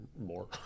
more